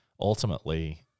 ultimately